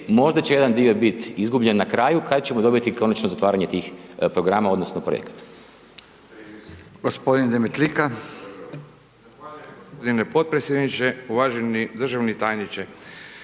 možda će jedan dio biti izgubljen, na kraju kad ćemo dobiti konačno zatvaranje tih programa, odnosno projekata.